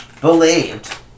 believed